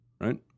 Right